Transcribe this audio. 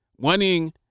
wanting